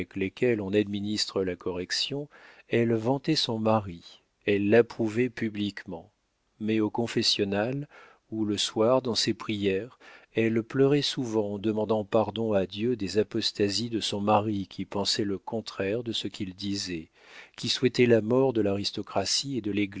lesquelles on administre la correction elle vantait son mari elle l'approuvait publiquement mais au confessionnal ou le soir dans ses prières elle pleurait souvent en demandant pardon à dieu des apostasies de son mari qui pensait le contraire de ce qu'il disait qui souhaitait la mort de l'aristocratie et de